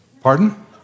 Pardon